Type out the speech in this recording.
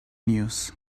news